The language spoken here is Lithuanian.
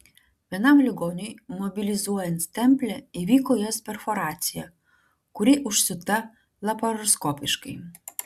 vienam ligoniui mobilizuojant stemplę įvyko jos perforacija kuri užsiūta laparoskopiškai